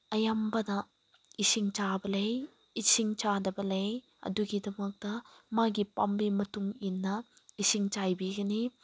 ꯑꯌꯥꯝꯕꯅ ꯏꯁꯤꯡ ꯆꯥꯕ ꯂꯩ ꯏꯁꯤꯡ ꯆꯥꯗꯕ ꯂꯩ ꯑꯗꯨꯒꯤꯗꯃꯛꯇ ꯃꯥꯒꯤ ꯄꯥꯝꯕꯤ ꯃꯇꯨꯡ ꯏꯟꯅ ꯏꯁꯤꯡ ꯆꯥꯏꯕꯤꯒꯅꯤ